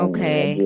Okay